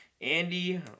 Andy